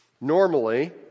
Normally